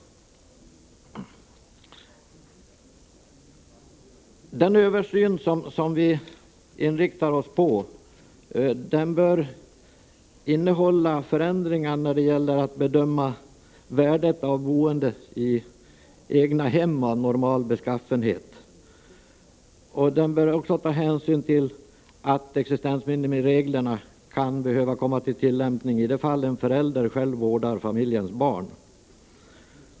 Den översyn som vi inriktar oss på bör innehålla förändringar när det gäller att bedöma värdet av boendet i egnahem av normal beskaffenhet. Man bör också ta hänsyn till att existensminimireglerna kan behöva komma till tillämpning i det fall en förälder själv vårdar familjens barn.